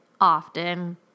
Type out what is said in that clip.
often